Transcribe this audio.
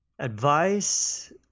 Advice